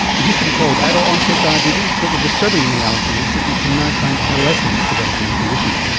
it used to be called adult onset diabetes, but the disturbing reality is that you can now find adolescents developing the condition.